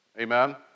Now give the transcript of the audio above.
Amen